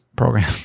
program